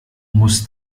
muss